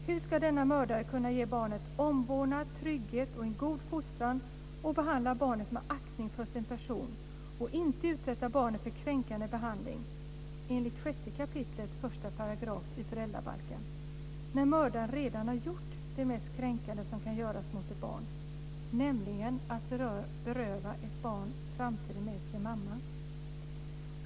Hur ska denna mördare kunna ge barnet omvårdnad, trygghet, en god fostran, behandla barnet med aktning och inte utsätta barnet för kränkande behandling enligt 6 kap. 1 § i föräldrabalken när mördaren redan har gjort det mest kränkande som kan göras mot ett barn, nämligen berövat barnet framtiden med dess mamma?